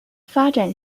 发展